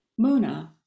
Muna